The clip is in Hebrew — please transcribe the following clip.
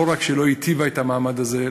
לא רק שלא היטיבה את המעמד הזה,